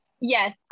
yes